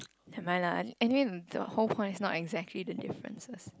never mind lah anyway the whole point is not exactly the differences